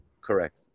Correct